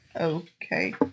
Okay